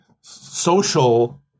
social